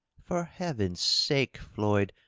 for heaven's sake, floyd,